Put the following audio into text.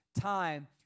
time